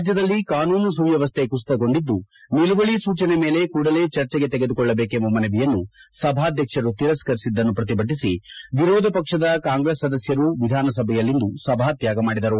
ರಾಜ್ದದಲ್ಲಿ ಕಾನೂನು ಸುವ್ಯವಸ್ಥೆ ಕುಸಿತಗೊಂಡಿದ್ದು ನಿಲುವಳಿ ಸೂಚನೆ ಮೇಲೆ ಕೂಡಲೇ ಚರ್ಚಿ ತೆಗೆದುಕೊಳ್ಳಬೇಕೆಂಬ ಮನವಿಯನ್ನು ಸಭಾಧ್ವಕ್ಷರು ತಿರಸ್ಕರಿಸಿದ್ದನ್ನು ಪ್ರತಿಭಟಿಸಿ ವಿರೋಧ ಪಕ್ಷ ಕಾಂಗ್ರೆಸ್ ಸದಸ್ಕರು ವಿಧಾನಸಭೆಯಲ್ಲಿಂದು ಸಭಾತ್ಯಾಗ ಮಾಡಿದರು